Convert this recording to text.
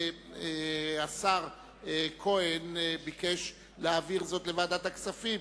השר כהן ביקש להעביר אותה לוועדת הכספים,